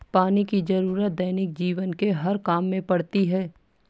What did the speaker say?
पानी की जरुरत दैनिक जीवन के हर काम में पड़ती है